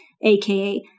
aka